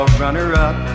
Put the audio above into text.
runner-up